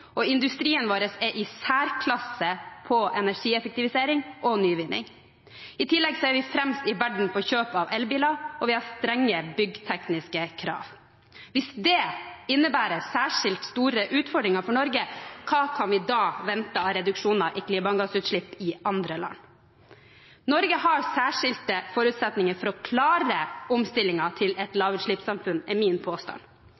og industrien vår er i særklasse når det gjelder energieffektivisering og nyvinning. I tillegg er vi fremst i verden når det gjelder kjøp av elbiler, og vi har strenge byggetekniske krav. Hvis det innebærer «særlig store utfordringer for Norge», hva kan vi da vente av reduksjoner av klimagassutslipp i andre land? Norge har særskilte forutsetninger for å klare omstillingen til et lavutslippssamfunn – det er min påstand.